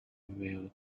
wheel